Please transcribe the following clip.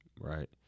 right